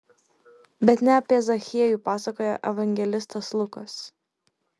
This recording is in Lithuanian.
bet ne apie zachiejų pasakoja evangelistas lukas